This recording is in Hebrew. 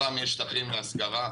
יש שטחים להשכרה,